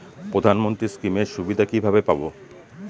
প্রধানমন্ত্রী স্কীম এর সুবিধা কিভাবে পাবো?